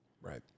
Right